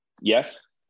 Yes